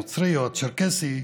הנוצרי או הצ'רקסי,